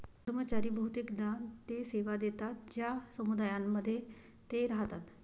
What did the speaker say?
कर्मचारी बहुतेकदा ते सेवा देतात ज्या समुदायांमध्ये ते राहतात